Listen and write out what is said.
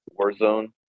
Warzone